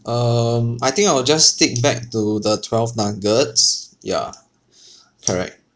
um I think I will just stick back to the twelve nuggets ya correct